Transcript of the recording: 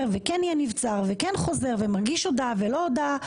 וכן יהיה נבצר וכן חוזר ומגיש הודעה ולא הודעה.